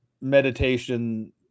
meditation